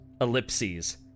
ellipses